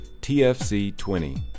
TFC20